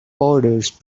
borders